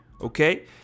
Okay